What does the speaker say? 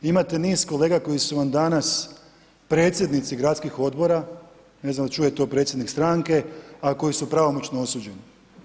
Imate niz kolega, koji su vam danas predsjednici gradskih odbora, ne znam jel čuje to predsjednik stranke a koji su pravomoćno osuđeni.